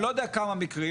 אני לא יודע כמה מקרים.